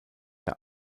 der